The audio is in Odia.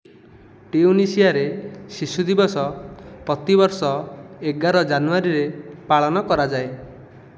ଟ୍ୟୁନିସିଆରେ ଶିଶୁ ଦିବସ ପ୍ରତିବର୍ଷ ଏଗାର ଜାନୁଆରୀରେ ପାଳନ କରାଯାଏ